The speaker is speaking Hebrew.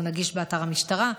והוא נגיש באתר המשטרה.